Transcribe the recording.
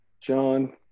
john